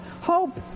hope